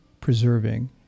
preserving